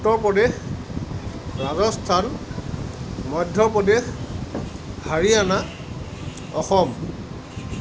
Uttar Pradesh Rajasthan Madhya Pradesh Haryana Assam